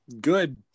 good